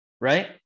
Right